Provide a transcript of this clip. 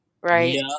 right